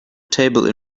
table